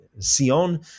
Sion